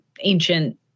ancient